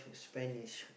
span is